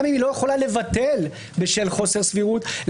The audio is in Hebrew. גם אם היא לא יכולה לבטל בשל חוסר סבירות,